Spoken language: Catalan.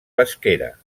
pesquera